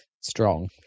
Strong